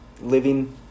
living